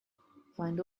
find